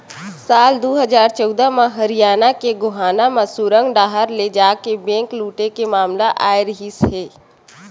साल दू हजार चौदह म हरियाना के गोहाना म सुरंग डाहर ले जाके बेंक लूटे के मामला आए रिहिस हे